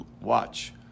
Watch